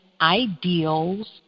ideals